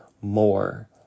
more